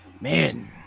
Man